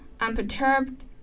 unperturbed